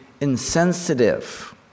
insensitive